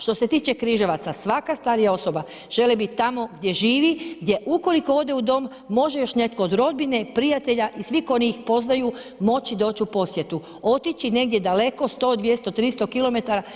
Što se tiče Križevaca, svaka starija osoba želi bit tamo gdje živi, gdje ukoliko ode u dom može još netko od rodbine, prijatelja i svih koje oni poznaju moći doći u posjetu, otići negdje daleko 100, 200, 300 km.